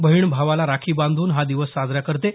बहीण भावाला राखी बांधून हा दिवस साजरा करतात